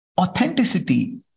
authenticity